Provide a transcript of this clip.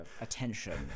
attention